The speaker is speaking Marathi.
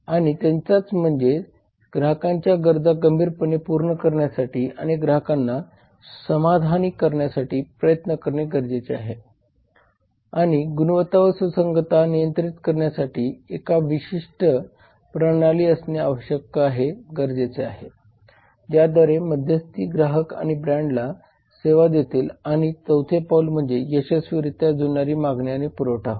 आणि त्यांच्या म्हणजेच ग्राहकांच्या गरजा गंभीरपणे पूर्ण करण्यासाठी आणि ग्राहकांना समाधानी करण्यासाठी प्रयत्न करणे गरजेचे आहे आणि गुणवत्ता व सुसंगतता नियंत्रित करण्यासाठी एक विशिष्ट प्रणाली असणे गरजेचे आहे ज्याद्वारे मध्यस्थी ग्राहक आणि ब्रँडला सेवा देतील आणि चौथे पाऊल म्हणजे यशस्वीरित्या जुळणारी मागणी आणि पुरवठा होय